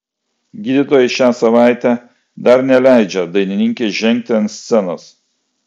gydytojai šią savaitę dar neleidžia dainininkei žengti ant scenos